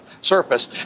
surface